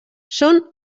són